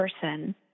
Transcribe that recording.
person